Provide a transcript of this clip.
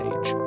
Age